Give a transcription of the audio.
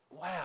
wow